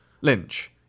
Lynch